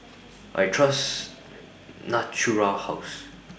I Trust Natura House